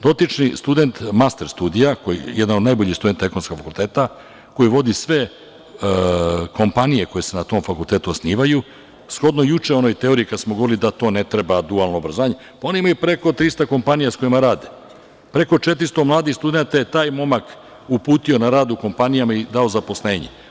Dotični student master studija, jedan od najboljih studenata Ekonomskog fakulteta, koji vodi sve kompanije koje se na tom fakultetu osnivaju, shodno juče onoj teoriji kada smo govorili da ne treba dualno obrazovanje, pa oni imaju preko 300 kompanija sa kojima rade, preko 400 mladih studenata je taj momak uputio na rad u kompanijama i dao zaposlenje.